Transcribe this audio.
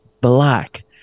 black